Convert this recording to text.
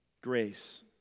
grace